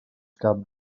cap